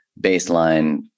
baseline